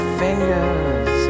fingers